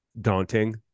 daunting